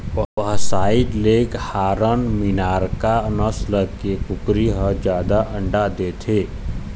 white leghorn, Minorca नसल के कुकरी ह जादा अंडा देथे